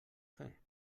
fer